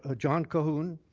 ah john cahoon